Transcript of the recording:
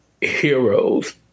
heroes